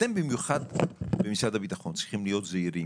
אתם במיוחד במשרד הביטחון צריכים להיות זהירים,